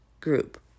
group